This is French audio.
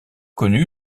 connu